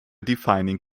defining